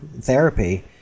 therapy